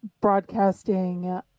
broadcasting